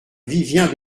vivien